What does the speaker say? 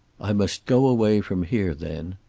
i must go away from here then.